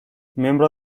miembro